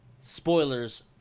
Spoilers